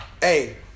Hey